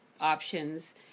options